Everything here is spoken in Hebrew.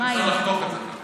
אפשר לחתוך את זה.